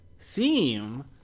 theme